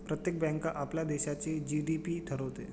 प्रत्येक बँक आपल्या देशाचा जी.डी.पी ठरवते